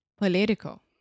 Political